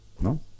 no